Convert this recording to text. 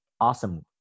Awesome